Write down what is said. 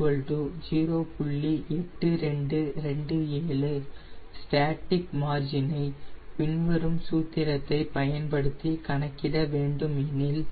8227 static மார்ஜினை பின்வரும் சூத்திரத்தை பயன்படுத்தி கணக்கிட வேண்டும் எனில்